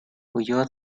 huyó